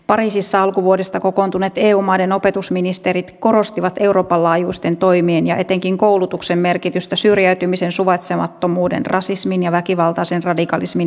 pariisissa alkuvuodesta kokoontuneet eu maiden opetusministerit korostivat euroopan laajuisten toimien ja etenkin koulutuksen merkitystä syrjäytymisen suvaitsemattomuuden rasismin ja väkivaltaisen radikalismin ennaltaehkäisemisessä